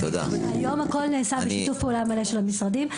היום הכול נעשה בשיתוף פעולה מלא של המשרדים.